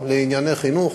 לענייני חינוך,